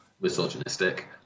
misogynistic